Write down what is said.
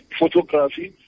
photography